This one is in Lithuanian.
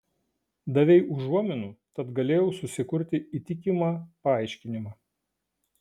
davei užuominų tad galėjau susikurti įtikimą paaiškinimą